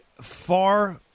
far